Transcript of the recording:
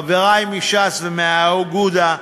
חברי מש"ס ומאגודה,